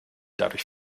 dadurch